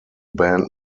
band